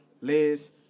Liz